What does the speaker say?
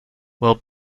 while